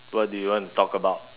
what do you want to talk about